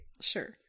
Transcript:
Sure